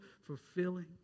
fulfilling